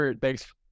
thanks